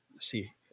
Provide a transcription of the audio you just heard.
see